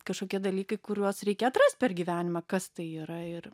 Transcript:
kažkokie dalykai kuriuos reikia atrast per gyvenimą kas tai yra ir